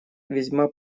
весьма